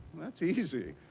that's easy.